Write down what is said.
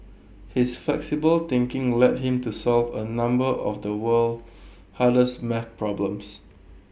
his flexible thinking led him to solve A number of the world's hardest math problems